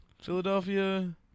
Philadelphia